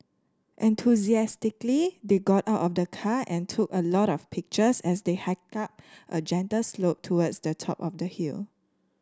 enthusiastically they got out of the car and took a lot of pictures as they hiked up a gentle slope towards the top of the hill